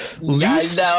least